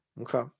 Okay